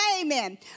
amen